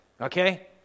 Okay